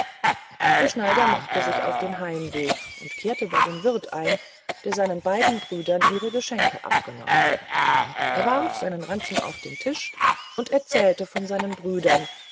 der schneider machte sich damit auf den heimweg und kehrte bei dem wirth ein der seinen beiden brüdern ihre geschenke abgenommen er warf seinen ranzen auf den tisch und erzählte von seinen brüdern